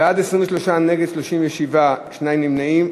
בעד, 23, נגד, 37, שניים נמנעים.